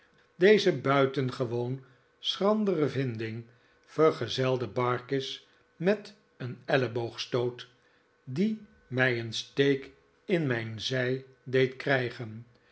deze buitengewoon schrandere vinding vergezelde barkis met een elleboogstoot die mij een steek in mijn zij deed krij